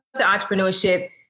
entrepreneurship